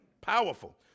Powerful